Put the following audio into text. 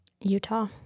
utah